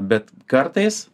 bet kartais